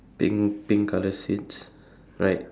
pink pink colour seats right